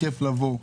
כיף לבוא,